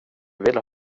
ville